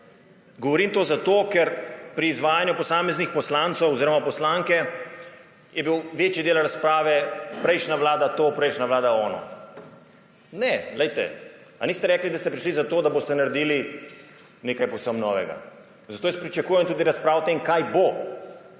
govorim zato, ker je bil pri izvajanju posameznih poslancev oziroma poslanke večidel razprave: prejšnja vlada to, prejšnja vlada ono. Ne. Ali niste rekli, da ste prišli zato, da boste naredili nekaj povsem novega? Zato jaz pričakujem tudi razpravo o tem, kaj bo,